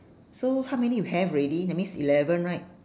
so how many you have already that means eleven right